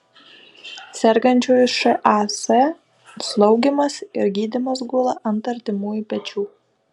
sergančiųjų šas slaugymas ir gydymas gula ant artimųjų pečių